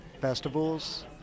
festivals